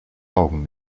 augen